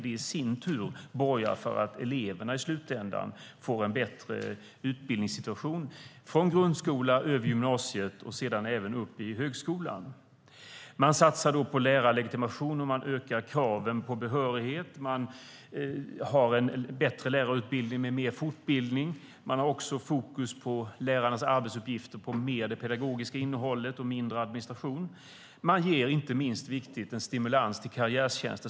Det i sin tur borgar för att eleverna i slutändan får en bättre utbildningssituation från grundskolan över gymnasiet och upp i högskolan. Man satsar på lärarlegitimation, man ökar kraven på behörighet, man har en bättre lärarutbildning med mer fortbildning, man har fokus på lärarens arbetsuppgifter - mer pedagogiskt innehåll och mindre administration - och man ger, inte minst, stimulans till karriärtjänster.